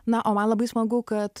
na o man labai smagu kad